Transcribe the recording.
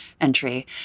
entry